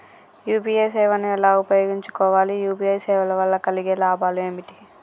UPI సేవను ఎలా ఉపయోగించు కోవాలి? యూ.పీ.ఐ సేవల వల్ల కలిగే లాభాలు ఏమిటి?